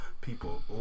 people